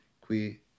qui